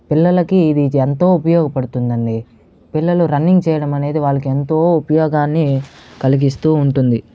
పిల్లలకీ ఇది ఎంతో ఉపయోగపడుతుందండి పిల్లలు రన్నింగ్ చేయడం అనేది వాళ్ళకి ఎంతో ఉపయోగాన్ని కలిగిస్తూ ఉంటుంది